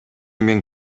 мен